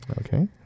Okay